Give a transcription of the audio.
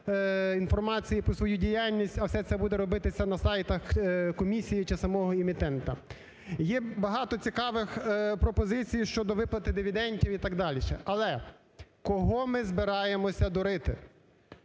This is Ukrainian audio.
інформації про свою діяльність, а все це буде робитися на сайтах комісії чи самого емітента. Є багато цікавих пропозицій щодо виплати дивідендів і так далі. Але кого ми збираємося дурити?